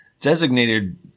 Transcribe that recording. designated